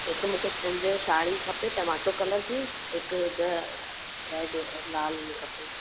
हिक मूंखे जं ज साड़ी खपे टमाटो कलर जी हिक रेड लाल में खपे